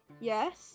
yes